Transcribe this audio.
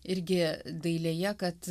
irgi dailėje kad